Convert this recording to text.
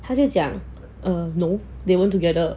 她就讲 err no they weren't together